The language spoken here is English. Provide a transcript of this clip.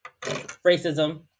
Racism